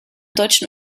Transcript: deutschen